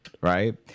Right